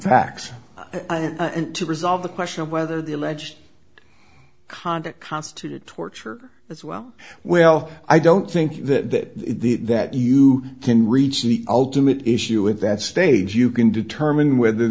facts and to resolve the question of whether the alleged conduct constituted torture as well well i don't think that the that you can reach the ultimate issue at that stage you can determine whether